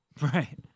Right